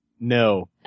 No